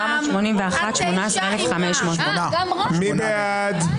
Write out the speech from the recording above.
18,161 עד 18,180. מי בעד?